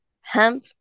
hemp